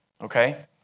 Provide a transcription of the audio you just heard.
okay